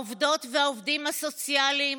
העובדות והעובדים הסוציאליים,